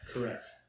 Correct